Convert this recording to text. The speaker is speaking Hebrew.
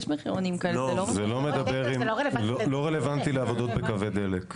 מחירון --- זה לא רלוונטי לעבודות בקווי דלק.